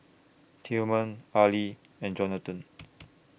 Tilman Ali and Jonathon